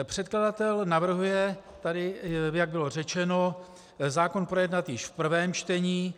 Předkladatel navrhuje, jak bylo řečeno, zákon projednat již v prvém čtení.